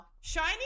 Shiny